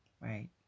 right